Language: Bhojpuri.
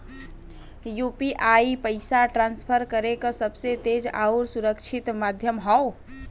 यू.पी.आई पइसा ट्रांसफर करे क सबसे तेज आउर सुरक्षित माध्यम हौ